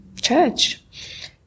church